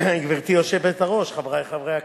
גברתי היושבת-ראש, חברי חברי הכנסת,